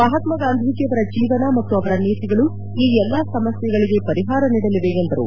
ಮಹಾತ್ಮ ಗಾಂಧೀಜಿಯವರ ಜೀವನ ಮತ್ತು ಅವರ ನೀತಿಗಳು ಈ ಎಲ್ಲಾ ಸಮಸ್ಯೆಗಳಿಗೆ ಪರಿಹಾರ ನೀಡಲಿವೆ ಎಂದರು